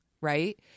right